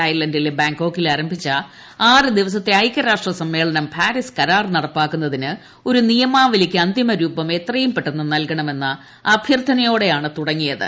തായ്ലന്റിലെ ബാങ്ക്കോക്കിൽ ആരംഭിച്ച ആറ് ദിവസത്തെ ഐക്യരാഷ്ട്ര സമ്മേളനം പാരിസ് കരാർ നടപ്പാക്കുന്നത്രിന്ടുഒരു നിയമാവലിക്ക് അന്തിമ രൂപം എത്രയും പെട്ടെന്ന് നൃൽക്ക്ണ്മെന്ന അഭ്യർത്ഥനയോടെയാണ് തുടങ്ങിയത്